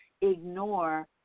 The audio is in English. ignore